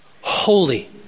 holy